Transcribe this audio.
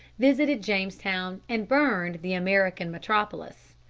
visited jamestown and burned the american metropolis,